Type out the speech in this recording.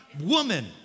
woman